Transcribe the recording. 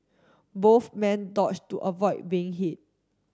both men dodged to avoid being hit